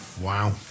Wow